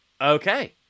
Okay